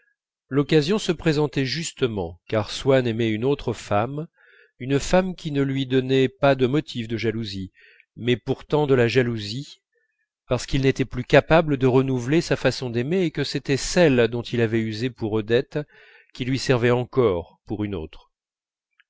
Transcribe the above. l'occasion se présentait justement car swann aimait une autre femme une femme qui ne lui donnait pas de motifs de jalousie mais pourtant de la jalousie parce qu'il n'était plus capable de renouveler sa façon d'aimer et que c'était celle dont il avait usé pour odette qui lui servait encore pour une autre